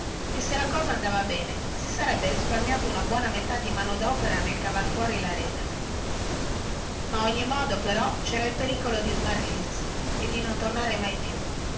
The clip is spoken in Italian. e se la cosa era vera si sarebbe risparmiata una buona metà di mano dopera nel cavar fuori la rena ma se non era vero cera il pericolo di smarrirsi e di non tornare mai più